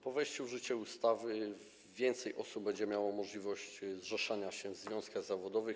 Po wejściu w życie ustawy więcej osób będzie miało możliwość zrzeszania się w związkach zawodowych.